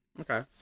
Okay